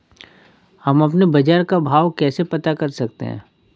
हम अपने बाजार का भाव कैसे पता कर सकते है?